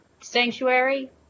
sanctuary